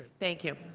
thank you.